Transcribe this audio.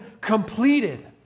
completed